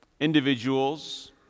individuals